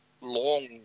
Long